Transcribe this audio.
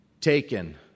taken